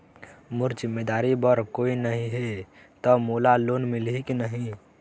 मोर जिम्मेदारी बर कोई नहीं हे त मोला लोन मिलही की नहीं?